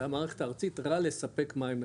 למערכת הארצית רע לספק מים לחקלאות.